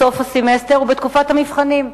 בסוף הסמסטר ובתקופת המבחנים.